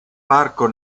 parco